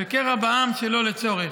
וקרע בעם שלא לצורך.